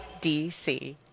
DC